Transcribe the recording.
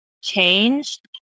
changed